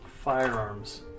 firearms